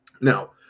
Now